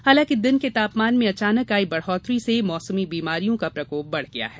हालांकि दिन के तापमान में अचानक आई बढ़ोत्तरी से मौसमी बीमारियों का प्रकोप बढ़ गया है